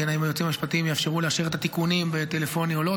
אם היועצים המשפטיים יאפשרו לאשר את התיקונים טלפונית או לא.